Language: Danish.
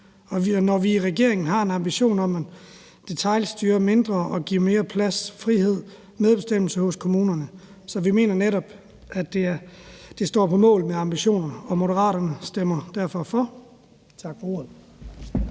Og i regeringen har vi en ambition om at detailstyre mindre og give mere plads, frihed og medbestemmelse til kommunerne, så vi mener netop, at det står mål med ambitionerne. Moderaterne stemmer derfor for forslaget.